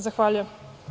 Zahvaljujem.